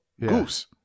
Goose